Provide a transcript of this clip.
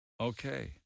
Okay